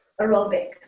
aerobic